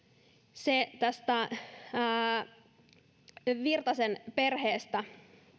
se tästä virtasen perheestä